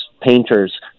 painters